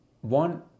one